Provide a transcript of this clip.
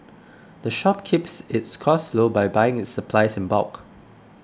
the shop keeps its costs low by buying its supplies in bulk